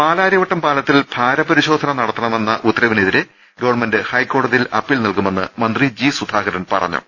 പാലാരിവട്ടം പാലത്തിൽ ഭാരപരിശോധന നടത്തണമെന്ന ഉത്ത രവിനെതിരെ ഗവ്ൺമെന്റ് ഹൈക്കോടതിയിൽ അപ്പീൽ നൽകു മെന്ന് മന്ത്രി ജി സുധാകരൻ പറഞ്ഞു